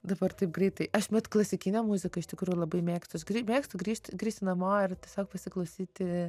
dabar taip greitai aš vat klasikinę muziką iš tikrųjų labai mėgstu aš mėgstu grįžt grįžti namo ir tiesiog pasiklausyti